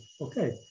okay